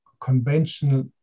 conventional